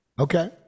okay